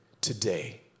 today